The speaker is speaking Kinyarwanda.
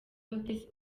mutesi